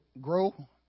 Grow